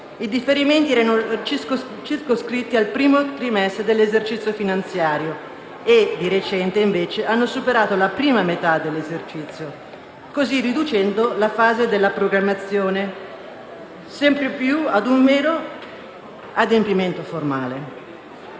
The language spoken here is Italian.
i differimenti erano circoscritti al primo trimestre dell'esercizio finanziario; di recente, invece, essi hanno superato la prima metà dell'esercizio, così riducendo la fase della programmazione sempre più ad un mero adempimento formale.